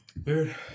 dude